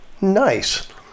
Nice